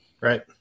Right